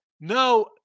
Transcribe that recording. No